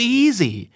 easy